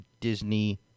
Disney